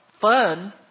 fun